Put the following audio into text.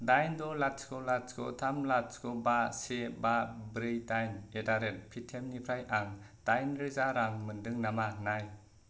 दाइन द' लाथिख' लाथिख' थाम लाथिख' बा से बा ब्रै दाइन एटडारेट पे टि एम निफ्राय आं दाइन रोजा रां मोनदों नामा नाय